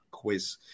quiz